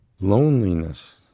loneliness